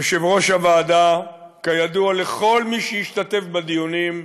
יושב-ראש הוועדה, כידוע לכל מי שהשתתף בדיונים,